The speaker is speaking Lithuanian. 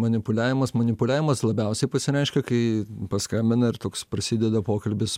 manipuliavimas manipuliavimas labiausiai pasireiškia kai paskambina ir toks prasideda pokalbis